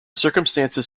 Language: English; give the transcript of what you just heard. circumstances